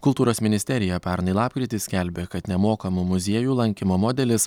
kultūros ministerija pernai lapkritį skelbė kad nemokamų muziejų lankymo modelis